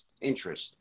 interest